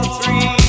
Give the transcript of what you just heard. three